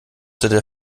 der